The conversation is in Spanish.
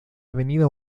avenida